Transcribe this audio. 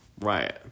Right